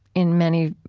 in many,